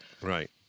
Right